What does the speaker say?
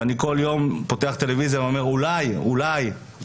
אני כל יום פותח טלוויזיה ואומר שאולי היום